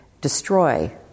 destroy